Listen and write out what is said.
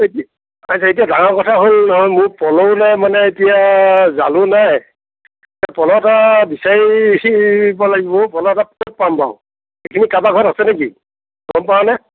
আচ্চা এতিয়া ডাঙৰ কথা হ'ল নহয় মোৰ পলহো নাই মানে এতিয়া জালো নাই পলহ এটা বিচাৰি বিচাৰিব লাগিব অ' পলহ এটা ক'ত পাম বাৰু এইখিনিত কাৰোবাৰ ঘৰত আছে নেকি গম পাৱনে